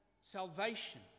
salvation